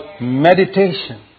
meditation